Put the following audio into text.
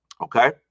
okay